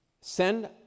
send